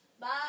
Bye